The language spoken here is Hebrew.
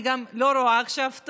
אני גם לא רואה טוב עכשיו,